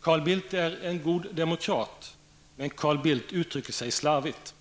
Carl Bildt är en god demokrat, men Carl Bildt uttrycker sig slarvigt.